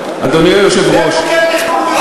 אדוני היושב-ראש,